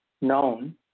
known